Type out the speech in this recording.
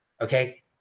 Okay